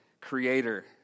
creator